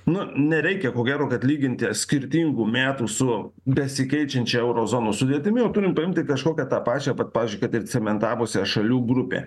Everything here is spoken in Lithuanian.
nu nereikia ko gero kad lyginti skirtingų metų su besikeičiančia euro zonos sudėtimi o turim paimti kažkokią tą pačią pavyzdžiui kad ir cementavusią šalių grupę